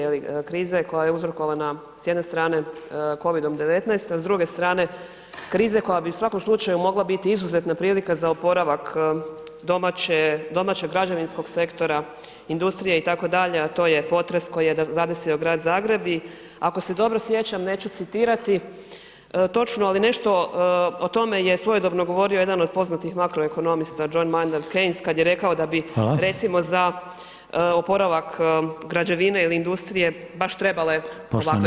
Je li krize koja je uzrokovana s jedne strane Covidom-19, a s druge strane krize koja bi u svakom slučaju mogla biti izuzetna prilika za oporavak domaćeg građevinskog sektora, industrije itd., a to je potres koji je zadesio Grad Zagreb i ako se dobro sjećam, neću citirati, točno ali nešto o tome je svojedobno govorio jedan od poznatih makroekonomista John Maynard Kaynes kad je rekao da bi [[Upadica: Hvala.]] recimo za oporavak građevine ili industrije baš trebale ovakve krize